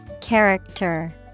Character